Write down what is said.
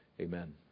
Amen